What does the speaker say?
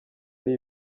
ari